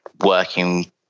working